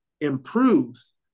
improves